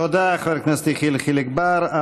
תודה, חבר הכנסת יחיאל חיליק בר.